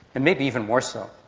and maybe even more so.